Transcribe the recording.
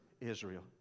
Israel